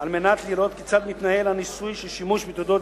על מנת לראות כיצד מתנהל הניסוי של שימוש בתעודות